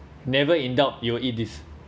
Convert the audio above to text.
never in doubt you will eat this